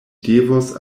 devos